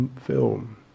film